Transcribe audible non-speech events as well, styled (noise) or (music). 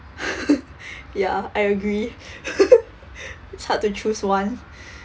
(laughs) ya I agree (laughs) it's hard to choose one (breath)